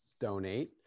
donate